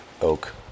oak